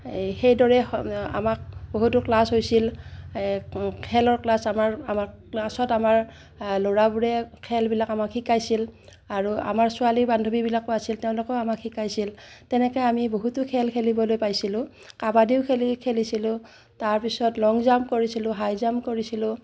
এই সেইদৰে আমাক বহুতো ক্লাছ হৈছিল খেলৰ ক্লাছ আমাৰ আমাৰ ক্লাছত আমাৰ ল'ৰাবোৰে খেলবিলাক আমাক শিকাইছিল আৰু আমাৰ ছোৱালী বান্ধৱীবিলাকো আছিল তেওঁলোকেও আমাক শিকাইছিল তেনেকৈ আমি বহুতো খেল খেলিবলৈ পাইছিলোঁ কাবাডীও খেলি খেলিছিলোঁ তাৰ পিছত লং জাম্প কৰিছিলোঁ হাই জাম্প কৰিছিলোঁ